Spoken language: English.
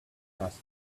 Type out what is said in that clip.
asked